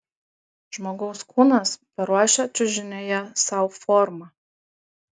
žmogaus kūnas paruošia čiužinyje sau formą